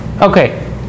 okay